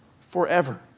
forever